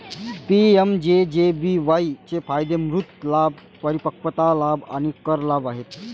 PMJJBY चे फायदे मृत्यू लाभ, परिपक्वता लाभ आणि कर लाभ आहेत